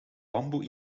bamboe